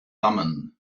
thummim